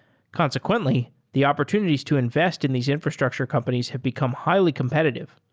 consequently, the opportunities to invest in these infrastructure companies have become highly competitive.